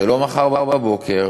זה לא מחר בבוקר,